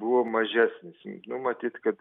buvo mažesnis nu matyt kad